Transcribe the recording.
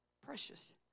Precious